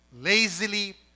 lazily